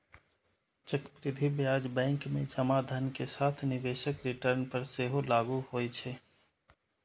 चक्रवृद्धि ब्याज बैंक मे जमा धन के साथ निवेशक रिटर्न पर सेहो लागू होइ छै